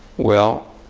well,